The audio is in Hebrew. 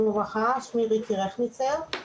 שמי ריקי רכניצר,